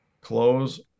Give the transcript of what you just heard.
close